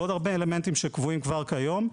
ועוד הרבה אלמנטים שקבועים כבר כיום.